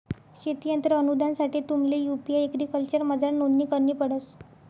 शेती यंत्र अनुदानसाठे तुम्हले यु.पी एग्रीकल्चरमझार नोंदणी करणी पडस